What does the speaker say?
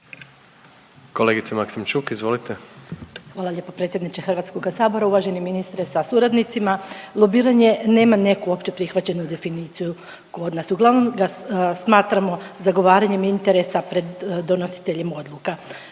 izvolite. **Maksimčuk, Ljubica (HDZ)** Zahvaljujem se predsjedniče Hrvatskoga sabora. Uvaženi ministre sa suradnicima. Lobiranje nema neku opće prihvaćenu definiciju kod nas. Uglavnom ga smatramo zagovaranjem interesa pred donositeljem odluka.